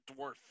Dwarf